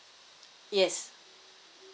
yes